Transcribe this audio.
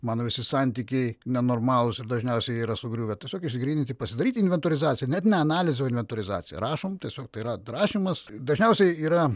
mano visi santykiai nenormalūs ir dažniausiai jie yra sugriuvę tiesiog išgryninti pasidaryti inventorizaciją net ne analizę inventorizaciją rašome tiesiog tai yra prašymas dažniausiai yra